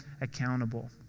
accountable